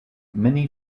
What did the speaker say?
many